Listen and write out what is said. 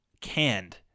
canned